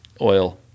oil